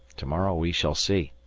to-morrow we shall see.